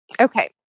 Okay